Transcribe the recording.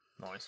nice